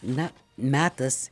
na metas